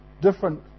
different